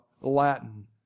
Latin